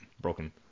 Broken